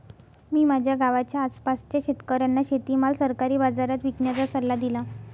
मी माझ्या गावाच्या आसपासच्या शेतकऱ्यांना शेतीमाल सरकारी बाजारात विकण्याचा सल्ला दिला